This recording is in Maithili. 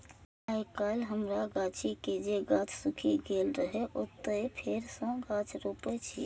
आइकाल्हि हमरा गाछी के जे गाछ सूखि गेल रहै, ओतय फेर सं गाछ रोपै छियै